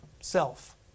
Self